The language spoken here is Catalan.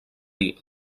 dir